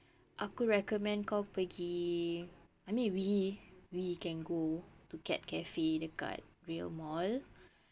aku recommend kau pergi I mean we we can go to cat cafe dekat rail mall